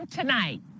tonight